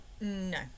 No